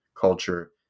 culture